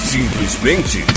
Simplesmente